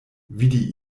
vidi